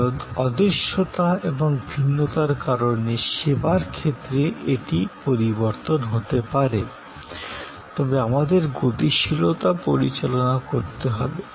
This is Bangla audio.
তবে অদৃশ্যতা এবং ভিন্নতার কারণে সেবার ক্ষেত্রে এটি পরিবর্তন হতে পারে তবে আমাদের গতিশীলতা পরিচালনা করতে হবে